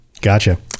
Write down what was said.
gotcha